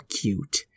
cute